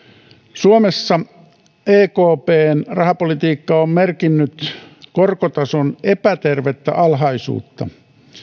suomessa ekpn rahapolitiikka on merkinnyt korkotason epätervettä alhaisuutta